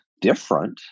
different